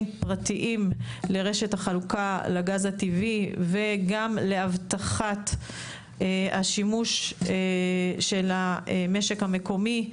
פרטיים לרשת החלוקה לגז הטבעי וגם להבטחת השימוש של המשק המקומי.